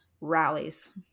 Rallies